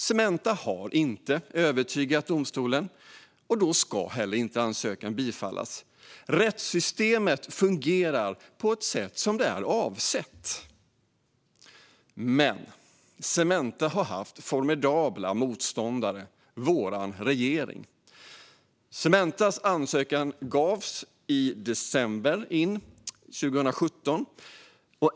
Cementa har inte övertygat domstolen, och då ska heller inte ansökan bifallas. Rättssystemet fungerar på ett sätt som det är avsett. Men Cementa har haft en formidabel motståndare, vår regering. Cementas ansökan gavs in i december 2017.